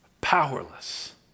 powerless